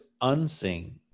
unseen